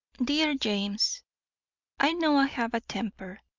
dear james i know i have a temper,